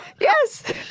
yes